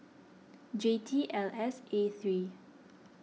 J T L S A three